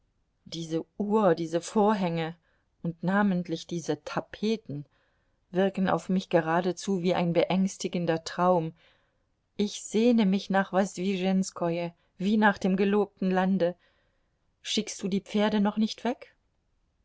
diese uhr diese vorhänge und namentlich diese tapeten wirken auf mich geradezu wie ein beängstigender traum ich sehne mich nach wosdwischenskoje wie nach dem gelobten lande schickst du die pferde noch nicht weg